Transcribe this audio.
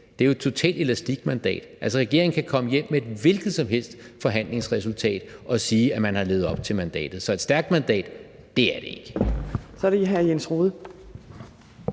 Det er jo et totalt elastikmandat. Regeringen kan komme hjem med et hvilket som helst forhandlingsresultat og sige, at man har levet op til mandatet. Så et stærkt mandat er det ikke.